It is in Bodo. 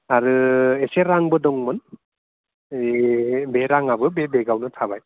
आरो एसे रांबो दंमोन ओइ बे राङाबो बे बेगआवनो थाबाय